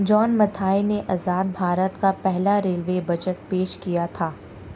John Mathai ने आजाद भारत का पहला रेलवे बजट पेश किया था